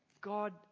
God